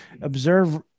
observe